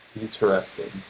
Interesting